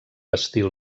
estil